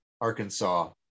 Arkansas